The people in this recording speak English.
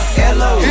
hello